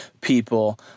people